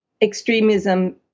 extremism